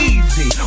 Easy